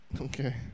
Okay